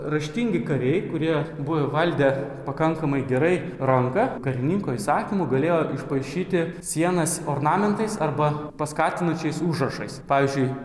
raštingi kariai kurie buvo įvaldę pakankamai gerai ranka karininko įsakymu galėjo išpaišyti sienas ornamentais arba paskatinančiais užrašais pavyzdžiui